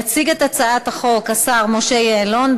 יציג את הצעת החוק השר משה יעלון,